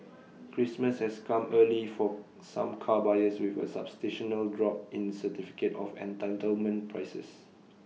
Christmas has come early for some car buyers with A drop in certificate of entitlement prices